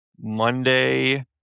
Monday